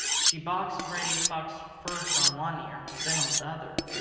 she boxed reddy fox first on one ear and then on the other.